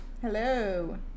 Hello